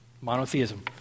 monotheism